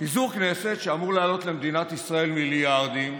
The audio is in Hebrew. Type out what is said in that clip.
שאמור לעלות למדינת ישראל מיליארדים,